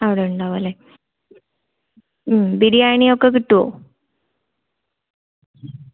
അവിടെ ഉണ്ടാകുമല്ലെ മ് ബിരിയാണി ഒക്കെ കിട്ടോ